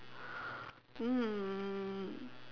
um